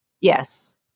Yes